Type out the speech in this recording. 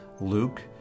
Luke